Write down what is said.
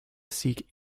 seek